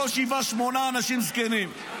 לכל שבעה-שמונה אנשים זקנים.